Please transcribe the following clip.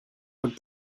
would